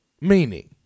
Meaning